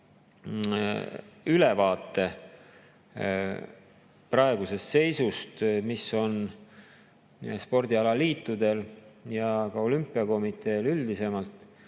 ülevaate praegusest seisust, mis on spordialaliitudel ja ka olümpiakomiteel üldisemalt